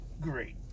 great